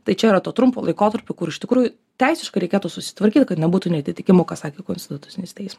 tai čia yra to trumpu laikotarpiu kur iš tikrųjų teisiškai reikėtų susitvarkyt kad nebūtų neatitikimų ką sakė konstitucinis teismas